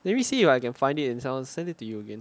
let me see if I can find it and I'll send it to you